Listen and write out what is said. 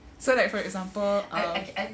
so like for example uh